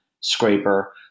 scraper